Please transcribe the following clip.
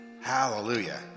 Hallelujah